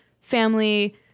family